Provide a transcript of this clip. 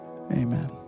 Amen